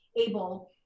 able